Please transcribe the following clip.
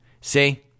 see